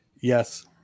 Yes